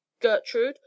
Gertrude